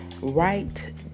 right